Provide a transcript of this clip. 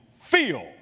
feel